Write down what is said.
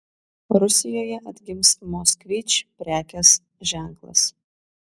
rusijoje atgims moskvič prekės ženklas